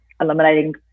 eliminating